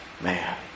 man